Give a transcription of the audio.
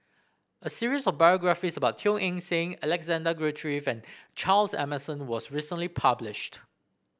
a series of biographies about Teo Eng Seng Alexander Guthrie Fan Charles Emmerson was recently published